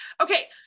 Okay